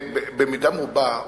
במידה מרובה,